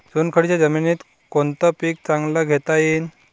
चुनखडीच्या जमीनीत कोनतं पीक चांगलं घेता येईन?